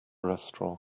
restaurant